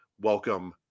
welcome